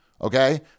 okay